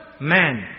man